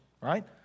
right